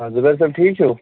آ زُبیٚر صٲب ٹھیٖک چھُو